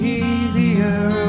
easier